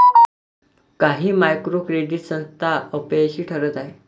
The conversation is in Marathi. काही मायक्रो क्रेडिट संस्था अपयशी ठरत आहेत